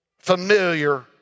familiar